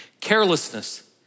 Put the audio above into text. Carelessness